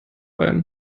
ein